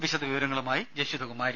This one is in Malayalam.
വിശദ വിവരങ്ങളുമായി ജഷിത കുമാരി